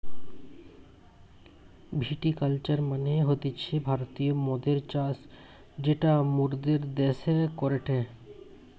ভিটি culture মানে হতিছে ভারতীয় মদের চাষ যেটা মোরদের দ্যাশে করেটে